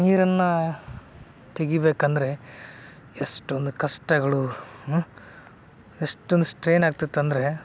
ನೀರನ್ನು ತೆಗಿಬೇಕಂದರೆ ಎಷ್ಟೊಂದು ಕಷ್ಟಗಳು ಎಷ್ಟೊಂದು ಸ್ಟ್ರೇನ್ ಆಗ್ತಿತ್ತಂದರೆ